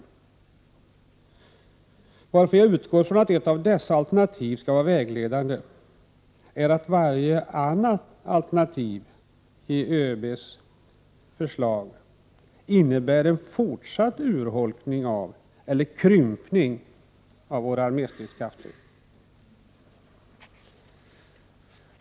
Anledningen till att jag utgår från att ett av dessa alternativ skall vara vägledande är att varje annat alternativ i ÖB:s förslag innebär en fortsatt urholkning, eller krympning, av våra arméstridskrafter.